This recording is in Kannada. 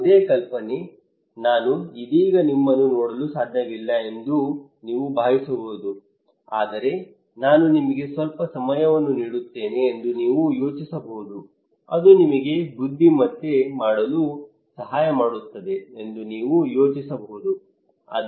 ಯಾವುದೇ ಕಲ್ಪನೆ ನಾನು ಇದೀಗ ನಿಮ್ಮನ್ನು ನೋಡಲು ಸಾಧ್ಯವಿಲ್ಲ ಎಂದು ನೀವು ಭಾವಿಸಬಹುದು ಆದರೆ ನಾನು ನಿಮಗೆ ಸ್ವಲ್ಪ ಸಮಯವನ್ನು ನೀಡುತ್ತೇನೆ ಎಂದು ನೀವು ಯೋಚಿಸಬಹುದು ಅದು ನಿಮಗೆ ಬುದ್ದಿಮತ್ತೆ ಮಾಡಲು ಸಹಾಯ ಮಾಡುತ್ತದೆ ಎಂದು ನೀವು ಯೋಚಿಸಬಹುದು